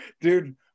Dude